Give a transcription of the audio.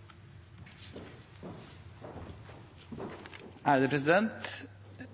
er viktig, og da må vi også drive det politiske arbeidet slik vi gjorde i Norge i kampen mot barnearbeid.